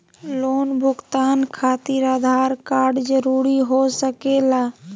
Loan भुगतान खातिर Aadhaar card जरूरी हो सके ला?